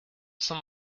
some